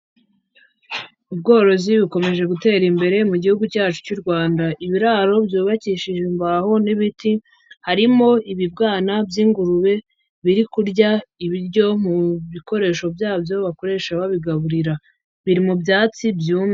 Ubworozi bukomeje gutera imbere mu gihugu cyacu cy'u Rwanda. Ibiraro byubakishije imbaho n'ibiti, harimo ibibwana by'ingurube biri kurya ibiryo mu bikoresho byabyo bakoresha babigaburira. Biri mu byatsi byumye.